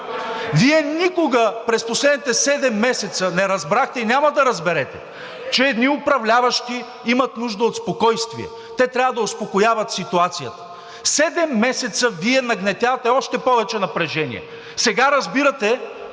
Вие никога през последните 7 месеца не разбрахте и няма да разберете, че едни управляващи имат нужда от спокойствие. Те трябва да успокояват ситуацията. Седем месеца Вие нагнетявате още повече напрежение. Сега разбирате